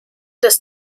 des